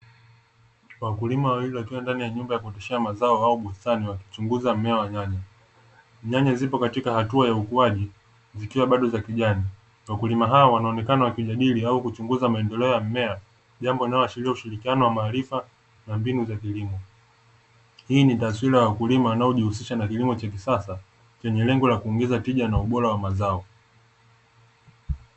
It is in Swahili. Wakulima wawili wakiwa ndani ya nyumba ya kuoteshea mazao au bustani wakichunguza mmea wa nyanya. Nyanya zipo katika hatua ya ukuaji, zikiwa bado za kijani. Wakulima hao wanaonekana wakijadili au kuchunguza maendeleo ya mmea, jambo linaloashiria ushirikiano wa maarifa na mbinu za kilimo. Hii ni taswira ya wakulima wanaojihusisha na kilimo cha kisasa, chenye lengo la kuongeza tija na ubora wa mazao.